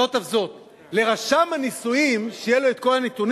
זאת אף זאת, לרשם הנישואים, שיהיו לו כל הנתונים,